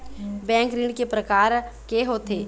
Bank ऋण के प्रकार के होथे?